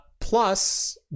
Plus